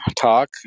talk